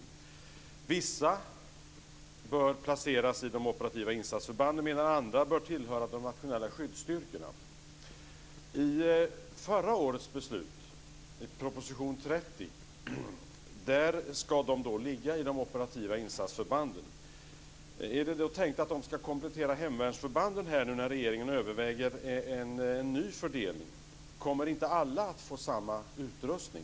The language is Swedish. Vissa bör placeras vid de operativa insatsförbanden, medan andra bör tillhöra de nationella skyddsstyrkorna. 30 ska de ligga i de operativa insatsförbanden. Är det nu tänkt att de ska komplettera hemvärnsförbanden när regeringen överväger en ny fördelning? Kommer inte alla att få samma utrustning?